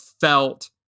felt